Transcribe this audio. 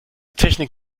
technik